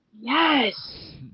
yes